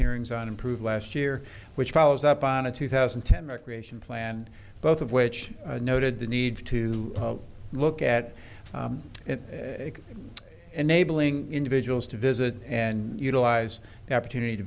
hearings on improved last year which follows up on a two thousand and ten recreation plan both of which noted the need to look at enabling individuals to visit and utilize the opportunity to